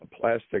plastic